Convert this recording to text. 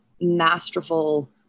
masterful